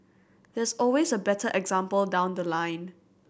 there's always a better example down the line